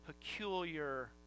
peculiar